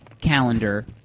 calendar